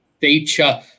feature